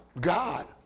God